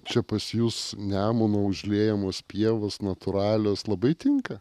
čia pas jus nemuno užliejamos pievos natūralios labai tinka